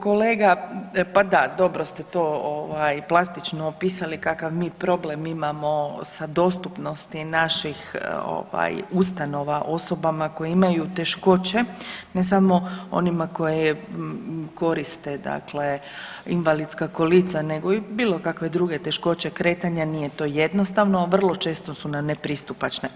Kolega, pa da dobro ste to ovaj plastično opisali kakav mi problem imamo sa dostupnosti naših ovaj ustanova osobama koje imaju teškoće, ne samo onima koje koriste dakle invalidska kolica nego i bilo kakve druge teškoće kretanja, nije to jednostavno, vrlo često su nepristupačne.